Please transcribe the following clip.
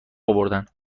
آوردن